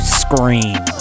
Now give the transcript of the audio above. scream